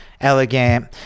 elegant